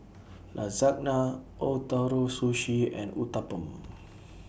Lasagna Ootoro Sushi and Uthapam